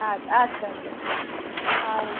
আর আচ্ছা আচ্ছা হ্যাঁ